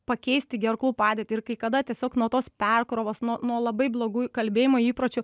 pakeisti gerklų padėtį ir kai kada tiesiog nuo tos perkrovos nuo nuo labai blogų kalbėjimo įpročių